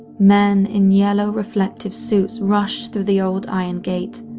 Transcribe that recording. men in yellow reflective suits rushed through the old iron gate,